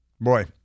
Boy